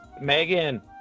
Megan